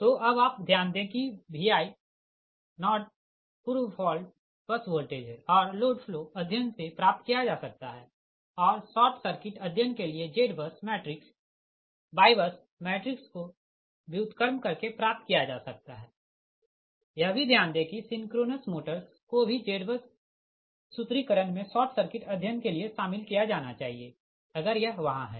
तो अब आप ध्यान दें कि Vi0 पूर्व फॉल्ट बस वोल्टेज है और लोड फ्लो अध्ययन से प्राप्त किया जा सकता है और शॉर्ट सर्किट अध्ययन के लिए ZBUS मैट्रिक्स YBUS मैट्रिक्स को व्युत्क्रम करके प्राप्त किया जा सकता है यह भी ध्यान दें कि सिंक्रोनस मोटर्स को भी ZBUS सूत्रीकरण मे शॉर्ट सर्किट अध्ययन के लिए शामिल किया जाना चाहिए अगर यह वहाँ है